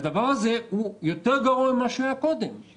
והדבר הזה יותר גרוע ממה שהיה קודם.